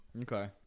Okay